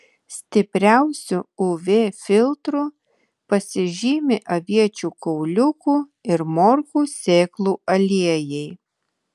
stipriausiu uv filtru pasižymi aviečių kauliukų ir morkų sėklų aliejai